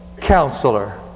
Counselor